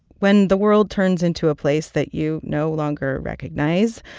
when the world turns into a place that you no longer recognize,